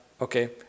okay